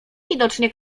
widocznie